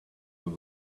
were